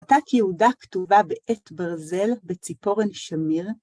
יהודה כתובה בעט ברזל, בציפורן שמיר.